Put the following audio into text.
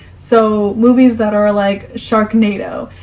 so movies that are like sharknado,